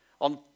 on